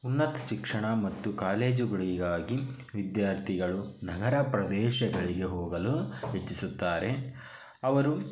ಉನ್ನತ ಶಿಕ್ಷಣ ಮತ್ತು ಕಾಲೇಜುಗಳಿಗಾಗಿ ವಿದ್ಯಾರ್ಥಿಗಳು ನಗರ ಪ್ರದೇಶಗಳಿಗೆ ಹೋಗಲು ಇಚ್ಛಿಸುತ್ತಾರೆ ಅವರು